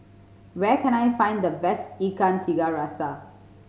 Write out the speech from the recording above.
where can I find the best Ikan Tiga Rasa